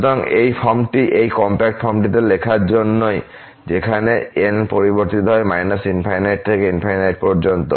সুতরাং এই ফর্মটি এই কমপ্যাক্ট ফর্মটিতে লেখার মতোই যেখানে n পরিবর্তিত হয় −∞ থেকে ∞ পর্যন্ত